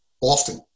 often